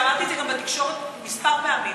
ואמרתי את זה גם בתקשורת כמה פעמים.